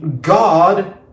God